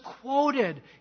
quoted